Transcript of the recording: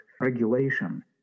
regulation